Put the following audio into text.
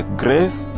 grace